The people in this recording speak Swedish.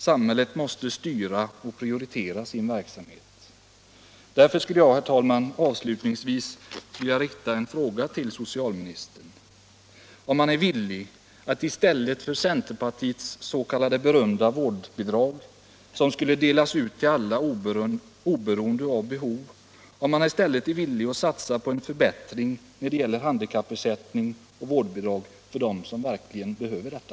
Samhället måste styra och prioritera i sin verksamhet. Därför skulle jag, herr talman, avslutningsvis vilja fråga socialministern om han är villig att — i stället för centerns berömda s.k. vårdbidrag, som skulle delas ut till alla oberoende av behov — satsa på en förbättring när det gäller handikappersättningar och vårdbidrag för dem som verkligen behöver detta.